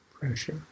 Pressure